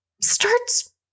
starts